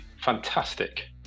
fantastic